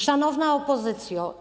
Szanowna Opozycjo!